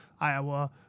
Iowa